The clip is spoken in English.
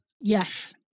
Yes